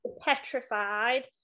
petrified